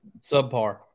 subpar